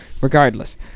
Regardless